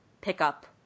pickup